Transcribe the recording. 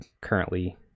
currently